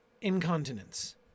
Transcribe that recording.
Incontinence